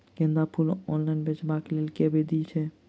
गेंदा फूल ऑनलाइन बेचबाक केँ लेल केँ विधि छैय?